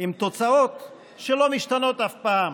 עם תוצאות שלא משתנות אף פעם,